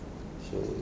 so